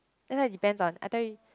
that why depends on I tell you